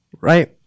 Right